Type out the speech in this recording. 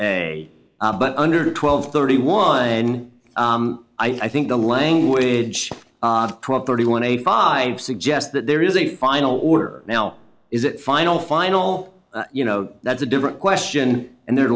a but under twelve thirty one i think the language of property one eighty five suggests that there is a final order now is that final final you know that's a different question and their